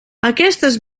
aquestes